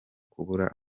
kubura